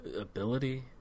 ability